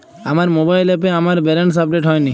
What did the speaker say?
আমার মোবাইল অ্যাপে আমার ব্যালেন্স আপডেট হয়নি